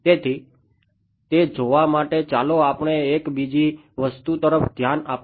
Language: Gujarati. તેથી તે જોવા માટે ચાલો આપણે એક બીજી વસ્તુ તરફ ધ્યાન આપીએ